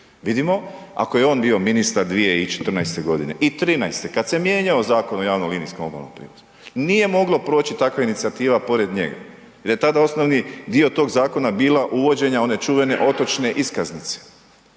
vidimo, ako je on bio ministar 2014. g. i 13. kad se mijenjao Zakon o javnom linijskom obalnom prijevozu, nije moglo proći takva inicijativa pored njega jer je tada osnovni dio tog zakona bila uvođenje one čuvene otočne iskaznice.